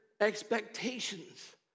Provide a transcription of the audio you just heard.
expectations